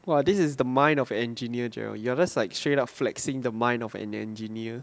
!wah! this is the mind of engineer jarrell you are just like straight up flexing the mind of an engineer